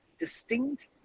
distinct